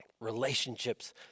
Relationships